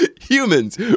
Humans